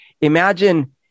Imagine